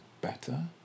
better